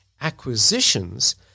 acquisitions